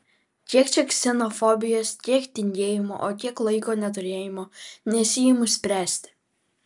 kiek čia ksenofobijos kiek tingėjimo o kiek laiko neturėjimo nesiimu spręsti